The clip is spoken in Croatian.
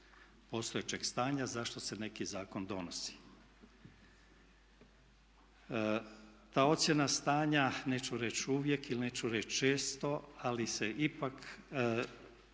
postojećeg stanja zašto se neki zakon donosi. Ta ocjena stanja, neću reći uvijek, ili neću reći često ali se ipak